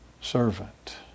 servant